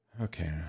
Okay